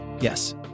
yes